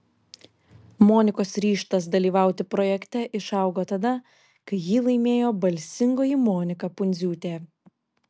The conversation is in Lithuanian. monikos ryžtas dalyvauti projekte išaugo tada kai jį laimėjo balsingoji monika pundziūtė